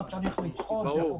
לא צריך לדחות --- ברור,